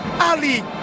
Ali